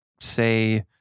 Say